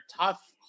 tough